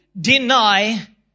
deny